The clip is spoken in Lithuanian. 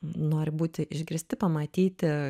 nori būti išgirsti pamatyti